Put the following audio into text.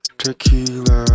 tequila